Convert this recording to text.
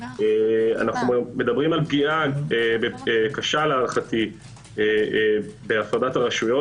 אנחנו מדברים על פגיעה קשה להערכתי בהפרדת הרשויות.